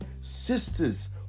sisters